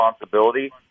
responsibility